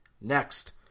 Next